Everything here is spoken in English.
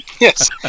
Yes